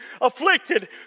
afflicted